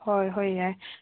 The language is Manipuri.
ꯍꯣꯏ ꯍꯣꯏ ꯌꯥꯏ